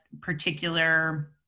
particular